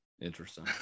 Interesting